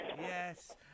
Yes